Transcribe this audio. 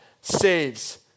saves